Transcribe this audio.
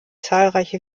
zahlreiche